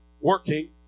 working